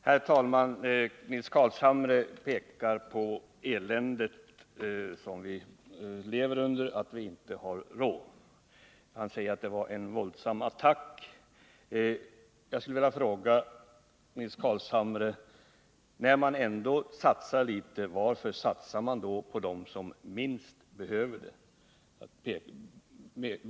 Herr talman! Nils Carlshamre pekade på det elände som vi lever under, att viinte har råd. Han säger att vårt förslag är en våldsam attack. Jag skulle vilja fråga Nils Carlshamre: När man ändå satsar litet, varför satsar man då på dem som minst behöver det?